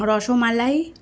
rasmalai